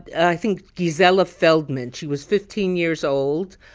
i think, gisela feldman. she was fifteen years old.